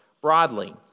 broadly